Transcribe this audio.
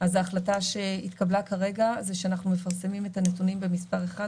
אז ההחלטה שהתקבלה כרגע זה שאנחנו מפרסמים את הנתונים במספר אחד,